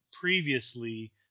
previously